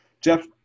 Jeff